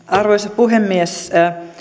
arvoisa puhemies